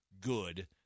good